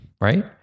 Right